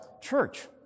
church